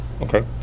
Okay